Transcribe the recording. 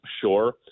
Sure